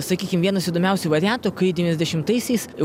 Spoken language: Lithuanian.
sakykim vienas įdomiausių variantų kai devyniasdešimaisiais